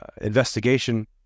investigation